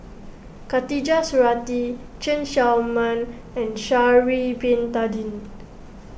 Khatijah Surattee Chen Show Mao and Sha'ari Bin Tadin